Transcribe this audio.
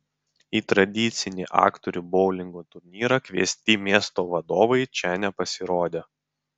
į tradicinį aktorių boulingo turnyrą kviesti miesto vadovai čia nepasirodė